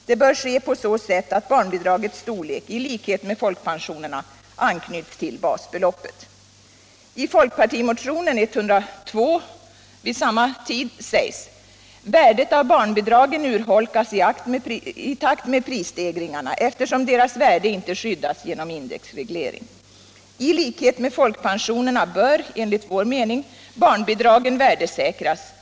Det bör ske på så sätt att barnbidragets storlek, i likhet med fokpensionernas, anknyts till basbeloppet.” I fp-motionen 102, daterad i november 1975 sägs: ”Värdet av barnbidraget urholkas i takt med prisstegringarna, eftersom deras värde inte skyddas genom indexreglering. I likhet med folkpensionerna bör enligt vår mening barnbidragen värdesäkras.